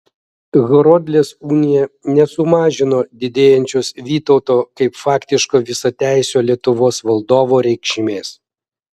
horodlės unija nesumažino didėjančios vytauto kaip faktiško visateisio lietuvos valdovo reikšmės